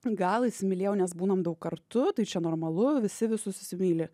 gal įsimylėjau nes būnam daug kartu tai čia normalu visi visus įsimyli